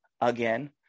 again